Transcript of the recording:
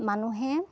মানুহে